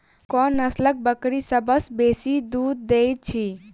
कोन नसलक बकरी सबसँ बेसी दूध देइत अछि?